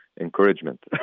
encouragement